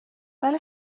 ولی